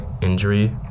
injury